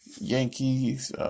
Yankees